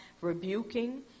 rebuking